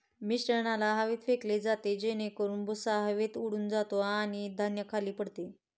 मिश्रणाला हवेत फेकले जाते जेणेकरून भुसा हवेत उडून जातो आणि धान्य खाली पडते